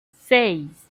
seis